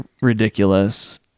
ridiculous